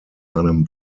einem